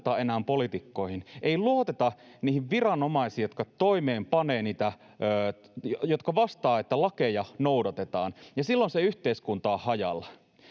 ei luoteta enää poliitikkoihin, ei luoteta niihin viranomaisiin, jotka vastaavat, että lakeja noudatetaan, ja silloin se yhteiskunta on hajalla.